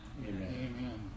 Amen